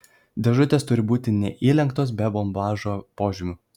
dėžutės turi būti neįlenktos be bombažo požymių